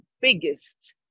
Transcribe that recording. biggest